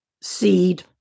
seed